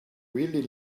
really